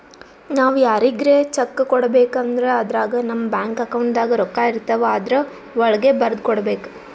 ನಾವ್ ಯಾರಿಗ್ರೆ ಚೆಕ್ಕ್ ಕೊಡ್ಬೇಕ್ ಅಂದ್ರ ಅದ್ರಾಗ ನಮ್ ಬ್ಯಾಂಕ್ ಅಕೌಂಟ್ದಾಗ್ ರೊಕ್ಕಾಇರ್ತವ್ ಆದ್ರ ವಳ್ಗೆ ಬರ್ದ್ ಕೊಡ್ಬೇಕ್